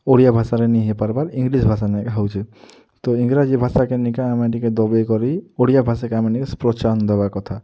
ଓଡ଼ିଆ ଭାଷାରେ ନି ହେଇପାର୍ବାର୍ ଇଂଲିଶ୍ ଭାଷାନେ ଏକା ହଉଛେ ତୋ ଇଂରାଜୀ ଭାଷାକେ ନିକା ଆମେ ଟିକେ ଦବେଇ କରି ଓଡ଼ିଆ ଭାଷାକେ ଆମେ ନି ପ୍ରୋତ୍ସାହନ ଦେବା କଥା